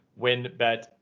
winbet